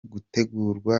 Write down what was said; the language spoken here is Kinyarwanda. gutegurwa